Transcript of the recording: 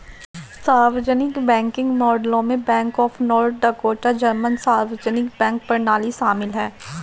सार्वजनिक बैंकिंग मॉडलों में bank of North Dakota German सार्वजनिक बैंक प्रणाली शामिल है